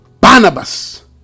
Barnabas